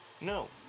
No